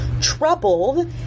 troubled